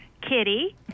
Kitty